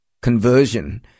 conversion